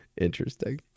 Interesting